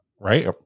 Right